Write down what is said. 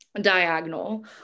diagonal